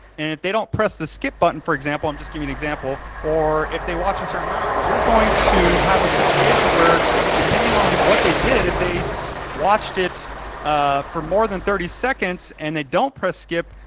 and if they don't press the skip button for example, i'm just giving you an example, or if they watch a certain amount, you're going to have a situation where depending on what they did, if they watched it ah for more than thirty seconds and they don't press skip,